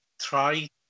try